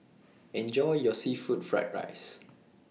Enjoy your Seafood Fried Rice